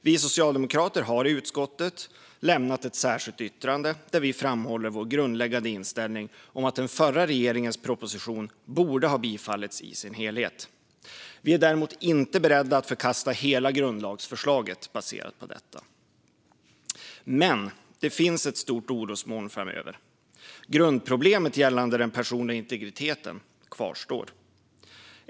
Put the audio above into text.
Vi socialdemokrater har i utskottet lämnat ett särskilt yttrande, där vi framhåller vår grundläggande inställning att den förra regeringens proposition borde ha bifallits i sin helhet. Vi är däremot inte beredda att förkasta hela grundlagsförslaget baserat på detta. Det finns dock ett stort orosmoln framöver. Grundproblemet gällande den personliga integriteten kvarstår.